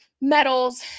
medals